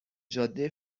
جاده